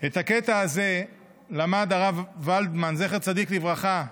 את הקטע הזה למד הרב ולדמן, זכר צדיק לברכה.